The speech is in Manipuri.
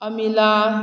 ꯑꯃꯤꯅꯥ